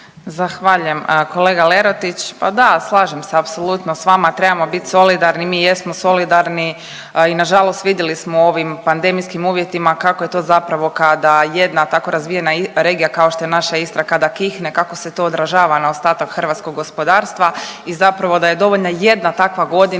Zahvaljujem kolega Lerotić, pa da, slažem se apsolutno s vama. Trebamo biti solidarni, mi jedno solidarni i nažalost vidjeli smo u ovim pandemijskim uvjetima kako je zapravo kada jedna tako razvijena regija kao što je naša Istra, kada kihne, kako se to odražava na ostatak hrvatskog gospodarstva i zapravo da je dovoljna jedna takva godina